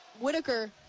Whitaker